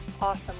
awesome